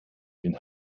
den